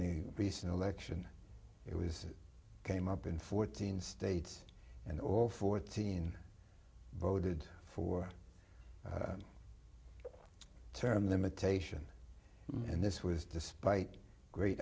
the recent election it was came up in fourteen states and all fourteen voted for term limitation and this was despite great